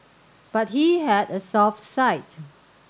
but he had a soft side